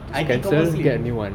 I think confirm sleep